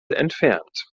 entfernt